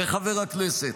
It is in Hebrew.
כחבר הכנסת.